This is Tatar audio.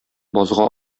базга